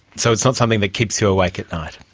so it's not something that keeps you awake at night?